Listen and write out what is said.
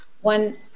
one